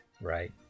Right